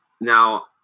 Now